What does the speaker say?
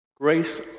grace